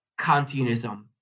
Kantianism